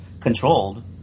controlled